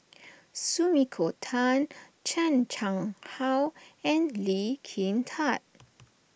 Sumiko Tan Chan Chang How and Lee Kin Tat